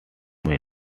many